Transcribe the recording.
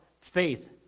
Faith